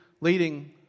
leading